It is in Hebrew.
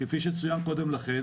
כפי שצוין קודם לכן,